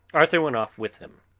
arthur went off with him,